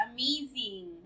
Amazing